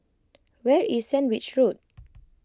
where is Sandwich Road